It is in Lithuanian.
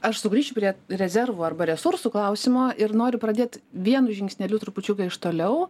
aš sugrįšiu prie rezervų arba resursų klausimo ir noriu pradėt vienu žingsneliu trupučiuką iš toliau